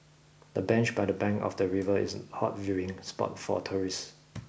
the bench by the bank of the river is a hot viewing spot for tourists